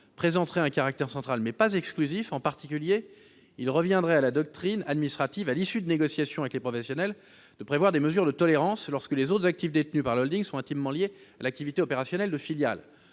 présenterait un caractère central mais pas exclusif. En particulier, il reviendrait à la doctrine administrative, à l'issue de négociations avec les professionnels, de prévoir des mesures de tolérance lorsque les autres actifs détenus par la holding sont intimement liés à l'activité opérationnelle des filiales.